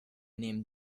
nehmen